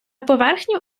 поверхню